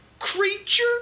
creature